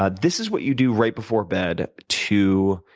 ah this is what you do right before bed to,